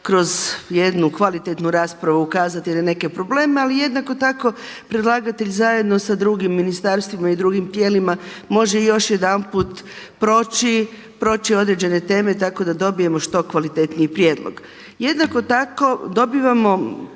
kroz jednu kvalitetnu raspravu kazati na neke probleme, ali jednako tako predlagatelj zajedno sa drugim ministarstvima i drugim tijelima može još jedanput proći, proći određene teme tako da dobijemo što kvalitetniji prijedlog. Jednako tako dobivamo